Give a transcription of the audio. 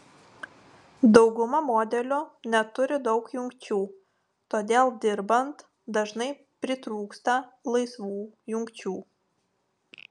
dauguma modelių neturi daug jungčių todėl dirbant dažnai pritrūksta laisvų jungčių